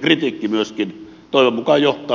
kritiikki myöskin toivon mukaan johtaa jatkokäsittelyyn